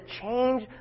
change